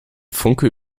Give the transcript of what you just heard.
funke